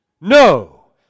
No